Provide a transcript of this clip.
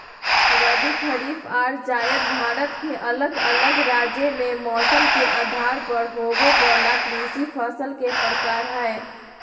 रबी, खरीफ आर जायद भारत के अलग अलग राज्य मे मौसम के आधार पर होवे वला कृषि फसल के प्रकार हय